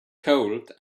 cold